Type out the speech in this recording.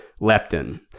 leptin